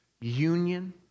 Union